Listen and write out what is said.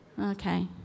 Okay